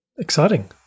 Exciting